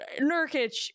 Nurkic